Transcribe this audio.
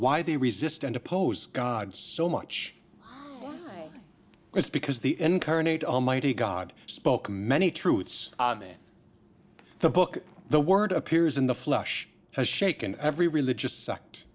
why they resist and oppose god so much it's because the incarnate almighty god spoke many truths the book the word appears in the flesh has shaken every religious